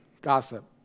gossip